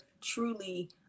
truly